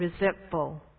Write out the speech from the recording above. resentful